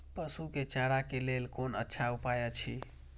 पशु के चारा के लेल कोन अच्छा उपाय अछि?